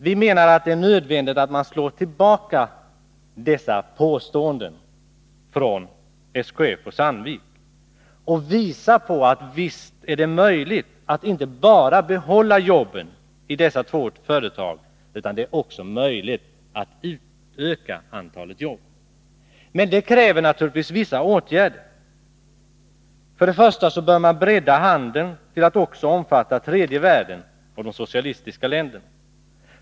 Vi menar att det är nödvändigt att slå tillbaka mot sådana påståenden och visa att det verkligen är möjligt inte bara att behålla jobben i dessa två företag utan också att utöka antalet jobb. Men det kräver naturligtvis vissa åtgärder. För det första bör man bredda handeln till att också omfatta tredje världen och de socialistiska länderna.